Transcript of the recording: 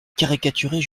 caricaturer